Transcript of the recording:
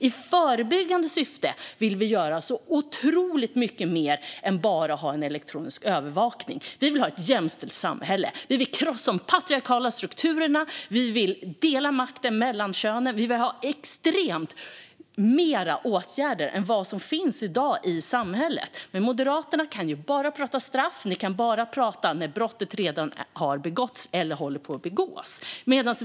I förebyggande syfte vill vi göra så otroligt mycket mer än att bara ha en elektronisk övervakning. Vi vill ha ett jämställt samhälle. Vi vill krossa de patriarkala strukturerna. Vi vill dela makten mellan könen. Vi vill ha extremt många fler åtgärder än vad som finns i dag i samhället. Moderaterna kan bara tala om straff. Ni kan bara tala om när brottet redan har begåtts eller håller på att begås.